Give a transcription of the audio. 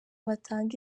batanga